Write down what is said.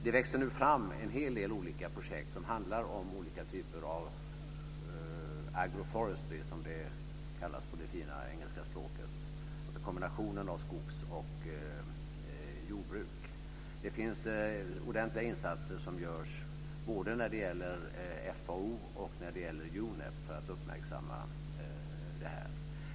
Det växer nu fram en hel del olika projekt som handlar om olika typer av agro-forestry, som det kallas för på det fina engelska språket, dvs. kombinationen av skogs och jordbruk. Det finns ordentliga insatser som görs när det gäller både FAO och UNEP för att uppmärksamma detta.